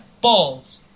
balls